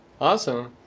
awesome